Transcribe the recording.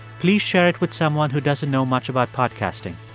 please share it with someone who doesn't know much about podcasting.